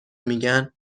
میگن